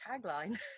tagline